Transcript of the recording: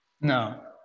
no